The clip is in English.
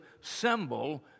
symbol